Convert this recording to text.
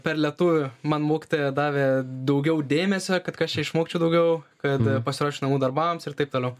per lietuvių man mokytoja davė daugiau dėmesio kad kas čia išmokčiau daugiau kad pasiruoščiau namų darbams ir taip toliau